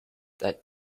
that